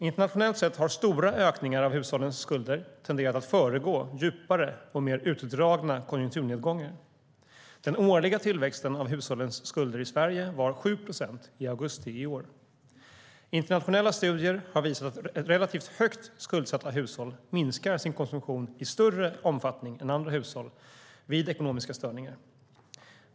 Internationellt sett har stora ökningar av hushållens skulder tenderat att föregå djupare och mer utdragna konjunkturnedgångar. Den årliga tillväxttakten av hushållens skulder i Sverige var 7 procent i augusti i år. Internationella studier har visat att relativt högt skuldsatta hushåll minskar sin konsumtion i större omfattning än andra hushåll vid ekonomiska störningar.